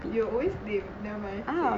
you are always lame never mind